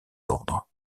ordres